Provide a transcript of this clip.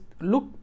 look